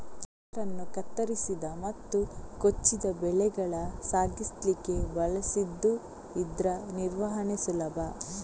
baler ಅನ್ನು ಕತ್ತರಿಸಿದ ಮತ್ತು ಕೊಚ್ಚಿದ ಬೆಳೆಗಳ ಸಾಗಿಸ್ಲಿಕ್ಕೆ ಬಳಸ್ತಿದ್ದು ಇದ್ರ ನಿರ್ವಹಣೆ ಸುಲಭ